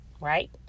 right